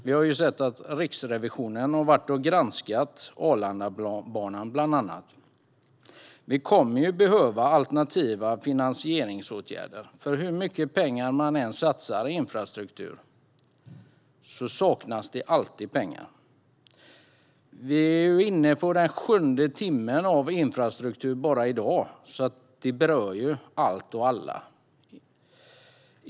Vi har sett att Riksrevisionen har granskat bland annat Arlandabanan. Vi kommer att behöva alternativa finansieringsåtgärder, för hur mycket pengar man än satsar på infrastruktur saknas det alltid pengar. Vi är nu inne på den sjunde timmen av infrastrukturdebatt bara i dag. Detta berör allt och alla.